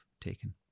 taken